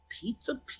Pizza